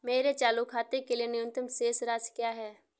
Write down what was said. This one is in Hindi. मेरे चालू खाते के लिए न्यूनतम शेष राशि क्या है?